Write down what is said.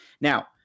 Now